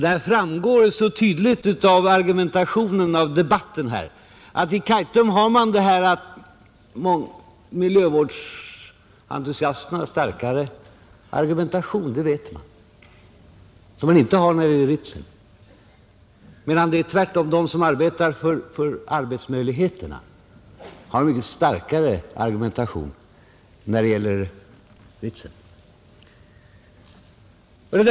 Det framgår mycket tydligt av debatten att miljövårdsentusiasterna har mycket starka argument när det gäller Kaitum — som de inte har när det gäller Ritsem. De som trycker på arbetsmöjligheterna har däremot mycket starkare argumentation när det gäller Ritsem.